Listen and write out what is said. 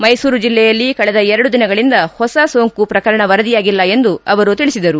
ಮ್ನೆಸೂರು ಜಿಲ್ಲೆಯಲ್ಲಿ ಕಳೆದ ಎರಡು ದಿನಗಳಿಂದ ಹೊಸ ಸೋಂಕು ಪ್ರಕರಣ ವರದಿಯಾಗಿಲ್ಲ ಎಂದು ಅವರು ತಿಳಿಸಿದರು